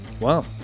Wow